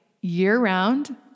year-round